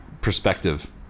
perspective